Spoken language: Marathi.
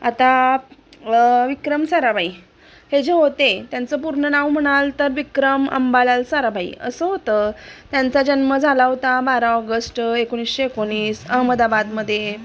आता विक्रम साराभाई हे जे होते त्यांचं पूर्ण नाव म्हणाल तर विक्रम अंबालाल साराभाई असं होतं त्यांचा जन्म झाला होता बारा ऑगस्ट एकोणीशे एकोणीस अहमदाबादमध्ये